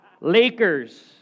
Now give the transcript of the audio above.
Lakers